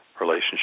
relationship